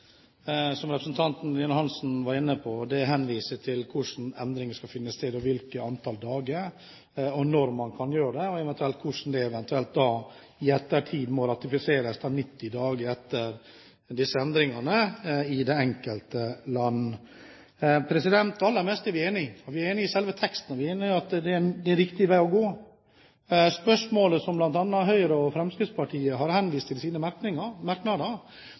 som representanten Lillian Hansen var inne på, henviser til hvordan endringer skal finne sted, antall dager, når man kan gjøre det, og eventuelt hvordan det i ettertid må ratifiseres, 90 dager etter disse endringene, i det enkelte land. Det aller meste er vi enige om. Vi er enige om selve teksten, og vi er enige om at det er riktig vei å gå. Spørsmålet som bl.a. Høyre og Fremskrittspartiet har henvist til i sine merknader,